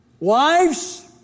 Wives